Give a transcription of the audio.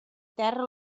terra